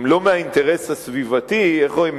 אם לא מהאינטרס הסביבתי, איך אומרים?